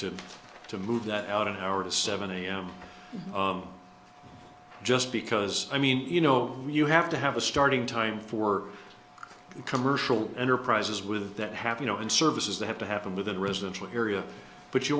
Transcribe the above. to to move that out an hour to seven am just because i mean you know you have to have a starting time for commercial enterprises with that have you know in services they have to happen within a residential area but you